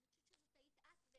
אני חושבת שזאת היית את,